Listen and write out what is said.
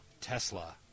Tesla